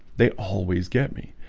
they always get me